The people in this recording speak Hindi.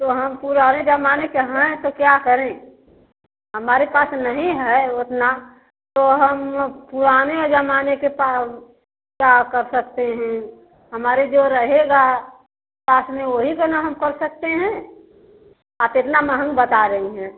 तो हम पुराने ज़माने के हैं तो क्या करें हमारे पास नहीं है उतना तो हम पुराने ज़माने के प क्या कर सकते हैं हमारे जो रहेगा पास में वही को ना हम कर सकते हैं आप इतना महंग बता रही हैं